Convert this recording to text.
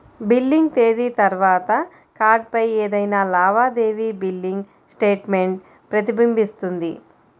billing తేదీ తర్వాత కార్డ్పై ఏదైనా లావాదేవీ బిల్లింగ్ స్టేట్మెంట్ ప్రతిబింబిస్తుంది